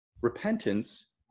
Repentance